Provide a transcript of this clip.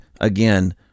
again